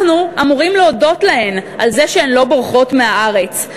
אנחנו אמורים להודות להן על זה שהן לא בורחות מהארץ,